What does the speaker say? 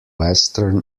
western